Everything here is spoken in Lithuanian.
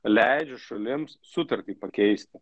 leidžia šalims sutartį pakeisti